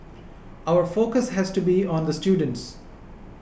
our focus has to be on the students